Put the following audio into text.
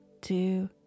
two